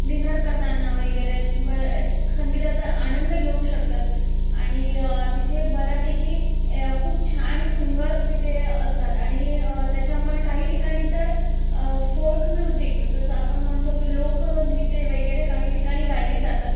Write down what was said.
dinner करताना वैगेरे ब संगीताचा आनंद घेऊ शकतात आणि तिथे बऱ्यापैकी खूप छान सिंगर्स तिते असतात आणि त्याच्यामुळे काही ठिकानी तर फोर्क म्युझिक जसं आपण म्हणतो की लोकगीते वगैरे काही ठिकाणी गायली जातात